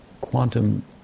quantum